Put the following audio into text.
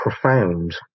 profound